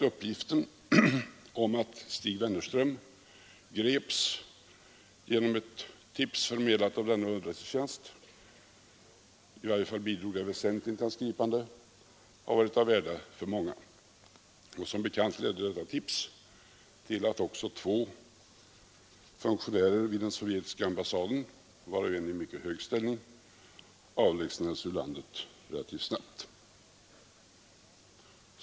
Uppgiften att ett tips, meddelat av denna underrättelsetjänst, bidrog väsentligt till Stig Wennerströms gripande har säkert varit av värde för många. Som bekant ledde detta tips också till att två funktionärer vid den sovjetiska ambassaden, varav en i mycket hög ställning, avlägsnades ur landet relativt snabbt.